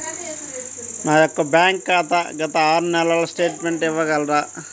నా యొక్క బ్యాంక్ ఖాతా గత ఆరు నెలల స్టేట్మెంట్ ఇవ్వగలరా?